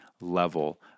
level